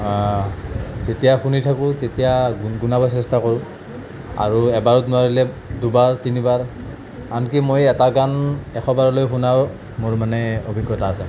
যেতিয়া শুনি থাকোঁ তেতিয়া গুণগুণাব চেষ্টা কৰোঁ আৰু এবাৰত নোৱাৰিলে দুবাৰ তিনিবাৰ আনকি মই এটা গান এশবাৰলৈ শুনাৰ মোৰ মানে অভিজ্ঞতা আছে